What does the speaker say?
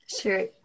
Sure